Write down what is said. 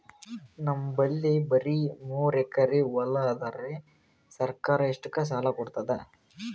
ನಮ್ ಬಲ್ಲಿ ಬರಿ ಮೂರೆಕರಿ ಹೊಲಾ ಅದರಿ, ಸರ್ಕಾರ ಇಷ್ಟಕ್ಕ ಸಾಲಾ ಕೊಡತದಾ?